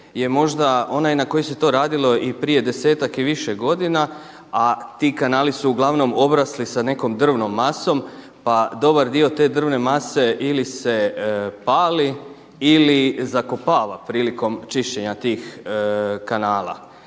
je možda onaj na koji se to radilo i prije desetak i više godina, a ti kanali su uglavnom obrasli s nekom drvnom masom pa dobar dio te drvne mase ili se pali ili zakopava prilikom čišćenja tih kanala.